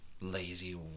lazy